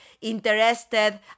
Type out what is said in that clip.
interested